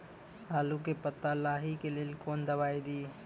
आलू के पत्ता लाही के लेकर कौन दवाई दी?